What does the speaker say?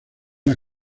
las